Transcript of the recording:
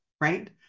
right